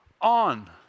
on